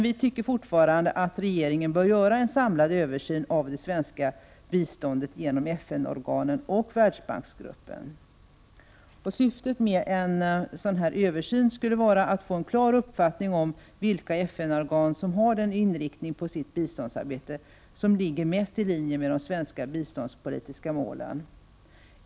Vi tycker dock fortfarande att regeringen bör göra en samlad översyn av det svenska biståndet genom FN-organen och Världsbanksgruppen. Syftet med en sådan översyn skulle vara att få en klar uppfattning om vilka FN-organ det är som har en inriktning i sitt biståndsarbete som ligger mest i linje med de svenska biståndspolitiska målen.